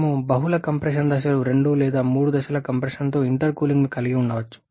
మేము బహుళ కంప్రెషన్ దశలు 2 లేదా 3 దశల కంప్రెషన్ తో ఇంటర్కూలింగ్ను కలిగి ఉండవచ్చు